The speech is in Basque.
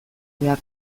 behar